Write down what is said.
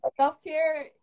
Self-care